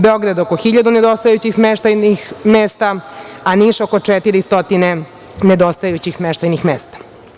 Beograd oko 1.000 nedostajućih smeštajnih mesta, a Niš oko 400 nedostajućih smeštajnih mesta.